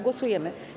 Głosujemy.